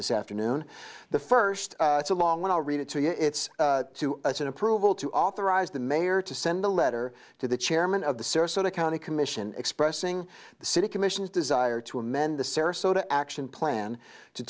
this afternoon the first it's a long one i'll read it to you it's too soon approval to authorize the mayor to send a letter to the chairman of the sarasota county commission expressing the city commission's desire to amend the sarasota action plan to